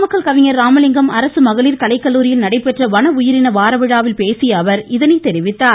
நாமக்கல் கவிஞர் ராமலிங்கம் அரசு மகளிர் கலைக்கல்லூரியில் நடைபெற்ற வன உயிரின வார விழாவில் பேசிய அவர் இதனை தெரிவித்தார்